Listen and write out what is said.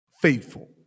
Faithful